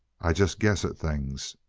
i just guess at things.